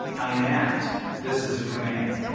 i enact this as a command.